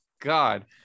god